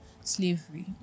slavery